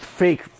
fake